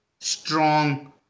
strong